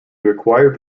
required